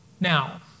Now